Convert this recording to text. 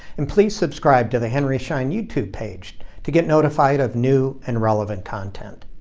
and please subscribe to the henry schein youtube page to get notified of new and relevant content.